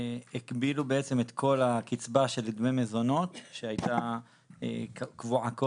הקבילו בעצם את כל הקצבה של דמי מזונות שהייתה קבועה קודם,